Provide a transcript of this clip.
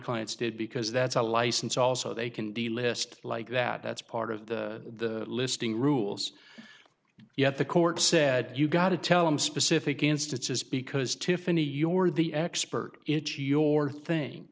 clients did because that's a license also they can the list like that that's part of the listing rules yet the court said you gotta tell them specific instances because tiffanie your the expert it's your thing